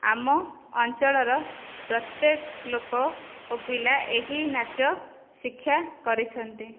ଆମ ଅଞ୍ଚଳର ପ୍ରତ୍ୟେକ ଲୋକ ଓ ପିଲା ଏହି ନାଚ ଶିକ୍ଷା କରିଛନ୍ତି